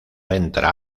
entra